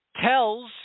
tells